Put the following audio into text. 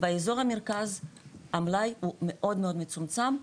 באזור המרכז המלאי הוא מאוד מצומצם,